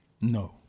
No